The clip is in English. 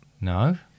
No